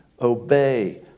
obey